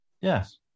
Yes